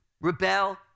rebel